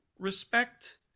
respect